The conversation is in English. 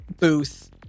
booth